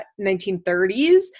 1930s